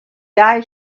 guy